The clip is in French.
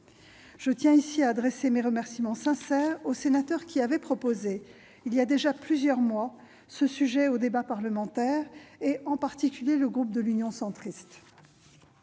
Je tiens ici à adresser mes remerciements sincères aux sénateurs qui avaient soumis, il y a déjà plusieurs mois, ce sujet au débat parlementaire et, en particulier, au groupe Union Centriste.